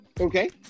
Okay